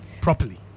properly